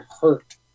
hurt